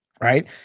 Right